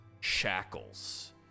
shackles